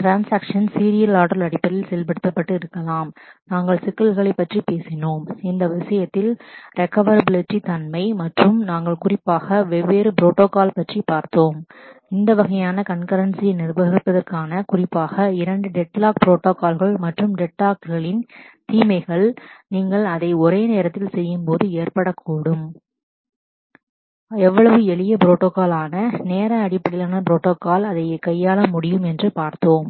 transactions serial order அடிப்படையில் செயல்படுத்தப்பட்டு இருக்கலாம் நாங்கள் சிக்கல்களைப் பற்றி பேசினோம் இந்த விஷயத்தில் ரெக்கவ்ரபிலிட்டி தன்மை மற்றும் நாங்கள் குறிப்பாக வெவ்வேறு ப்ரோட்டோகால் பற்றி பார்த்தோம் இந்த வகையான கண்கரண்சியை நிர்வகிப்பதற்கான குறிப்பாக இரண்டு டெட்லாக் ப்ரோட்டோகால் மற்றும் டெட்லாக்களின் நீங்கள் அதை ஒரே நேரத்தில் செய்யும்போது ஏற்படக்கூடும் தீமைகள் எவ்வளவு எளிய ப்ரோட்டோகால் ஆன நேர அடிப்படையிலான ப்ரோட்டோகால் அதை கையாள முடியும் என்று பார்த்தோம்